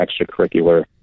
extracurricular